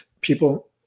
people